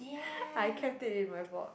I kept it in my box